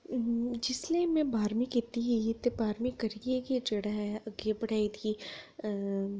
जिसलै में बाह्रमीं कीती ही ते बाह्रमीं करियै गै जेह्ड़ा ऐ अग्गे पढाई गी